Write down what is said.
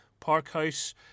Parkhouse